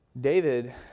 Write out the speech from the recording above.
David